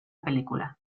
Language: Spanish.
película